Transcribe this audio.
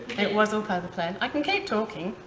it was all part of the plan. i can keep talking,